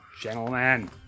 gentlemen